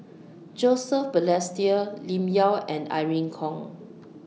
Joseph Balestier Lim Yau and Irene Khong